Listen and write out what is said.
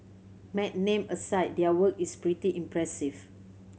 mad name aside their work is pretty impressive